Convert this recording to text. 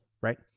right